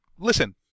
Listen